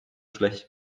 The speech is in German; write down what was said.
schlecht